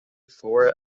four